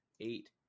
eight